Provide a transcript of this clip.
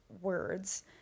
words